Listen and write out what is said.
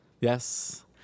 Yes